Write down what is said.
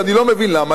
ואני לא מבין למה,